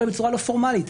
אבל בצורה לא פורמלית,